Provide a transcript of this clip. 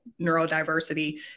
neurodiversity